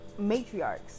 matriarchs